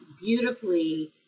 beautifully